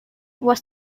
was